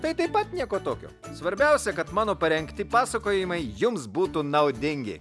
tai taip pat nieko tokio svarbiausia kad mano parengti pasakojimai jums būtų naudingi